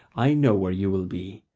i know where you will be.